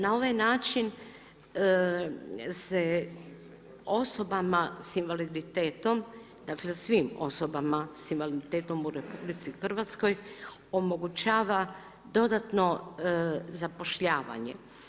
Na ovaj način se osobama s invaliditetom dakle svim osobama s invaliditetom u RH, omogućava dodatno zapošljavanje.